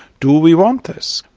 do we want this?